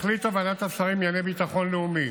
החליטה ועדת השרים לענייני ביטחון לאומי